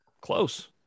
Close